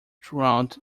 throughout